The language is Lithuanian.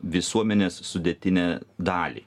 visuomenės sudėtinę dalį